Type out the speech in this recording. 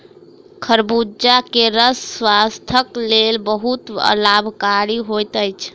खरबूजा के रस स्वास्थक लेल बहुत लाभकारी होइत अछि